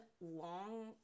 long